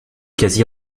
quasi